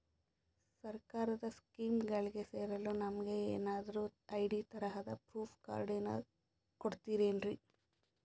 ಸರ್ಕಾರದ ಸ್ಕೀಮ್ಗಳಿಗೆ ಸೇರಲು ನಮಗೆ ಏನಾದ್ರು ಐ.ಡಿ ತರಹದ ಪ್ರೂಫ್ ಕಾರ್ಡ್ ಕೊಡುತ್ತಾರೆನ್ರಿ?